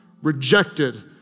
rejected